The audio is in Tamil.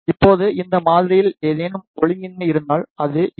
இப்போது இந்த மாதிரியில் ஏதேனும் ஒழுங்கின்மை இருந்தால் அது ஈ